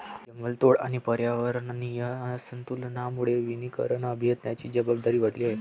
जंगलतोड आणि पर्यावरणीय असंतुलनामुळे वनीकरण अभियंत्यांची जबाबदारी वाढली आहे